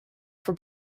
for